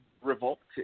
revolted